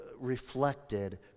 reflected